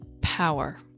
power